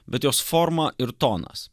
bet jos forma ir tonas